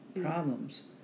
problems